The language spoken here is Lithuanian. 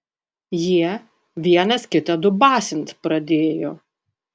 jie vienas kitą dubasint pradėjo